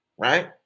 right